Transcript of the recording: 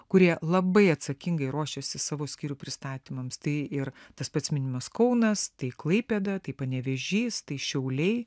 kurie labai atsakingai ruošėsi savo skyrių pristatymams tai ir tas pats minimas kaunas tai klaipėda tai panevėžys tai šiauliai